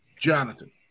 Jonathan